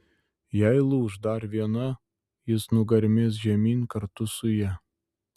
jei lūš dar viena jis nugarmės žemyn kartu su ja